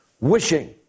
wishing